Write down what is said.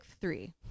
three